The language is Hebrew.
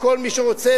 לכל מי שרוצה,